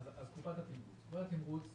שלא רצינו לתת לבזק את הבחירה לגמור עם